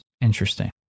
interesting